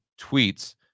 tweets